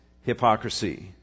hypocrisy